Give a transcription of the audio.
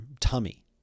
Tummy